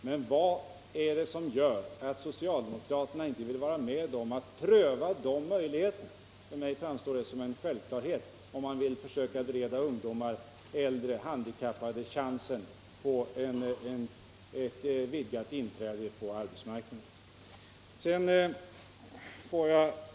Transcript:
Men vad är det som gör att socialdemokraterna inte vill vara med om att pröva de möjligheterna? För mig framstår det som en självklarhet om man vill bereda ungdomar, äldre och handikappade ökade chanser att vinna inträde på arbetsmarknaden.